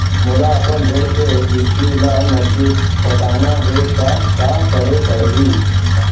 मोला अपन ऋण के किसती ला नगदी पटाना हे ता का करे पड़ही?